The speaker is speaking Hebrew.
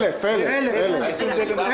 1,000. לא.